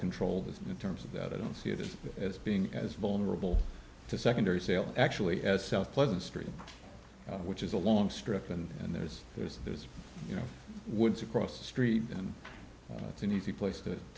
controlled in terms of that i don't see it as being as vulnerable to secondary sale actually as south pleasant street which is a long strip and there's there's there's you know woods across the street and it's an easy place to